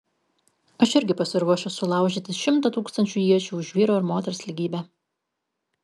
aš irgi pasiruošęs sulaužyti šimtą tūkstančių iečių už vyro ir moters lygybę